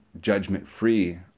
judgment-free